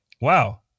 Wow